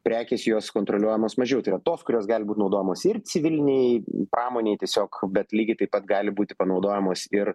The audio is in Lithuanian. prekės jos kontroliuojamos mažiau tai yra tos kurios gali būt naudojamos ir civilinėj pramonėj tiesiog bet lygiai taip pat gali būti panaudojamos ir